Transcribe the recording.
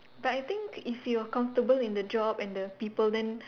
but I think if you are comfortable in the job and the people then